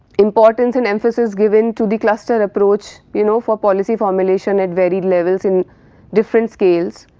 importance and emphases given to the cluster approach, you know for policy formulation at varied levels in different scales,